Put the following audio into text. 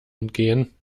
entgehen